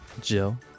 Jill